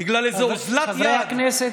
בגלל איזו אוזלת יד.